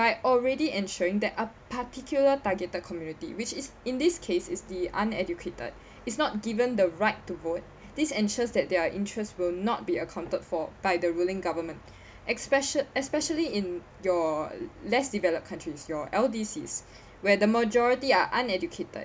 by already ensuring that a particular targeted community which is in this case is the uneducated is not given the right to vote this ensures that their interest will not be accounted for by the ruling government especially especially in your less developed countries your L_D_Cs where the majority are uneducated